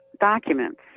documents